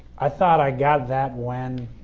i thought i got that when